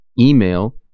email